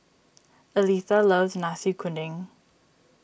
Aletha loves Nasi Kuning